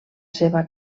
seva